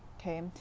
okay